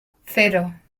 cero